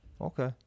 Okay